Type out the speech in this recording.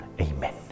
Amen